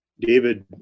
David